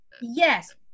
Yes